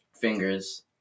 fingers